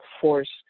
force